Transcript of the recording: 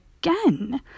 again